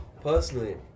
personally